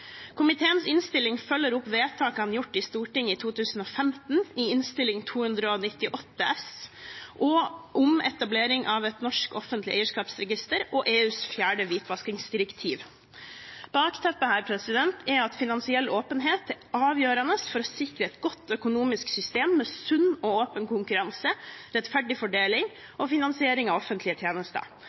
Komiteens innstilling følger opp vedtakene gjort i Stortinget i 2015, i Innst. 298 S for 2014–2015, om etablering av et norsk offentlig eierskapsregister og EUs fjerde hvitvaskingsdirektiv. Bakteppet her er at finansiell åpenhet er avgjørende for å sikre et godt økonomisk system, med sunn og åpen konkurranse, rettferdig fordeling og finansiering av offentlige tjenester.